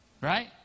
Right